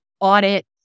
Audit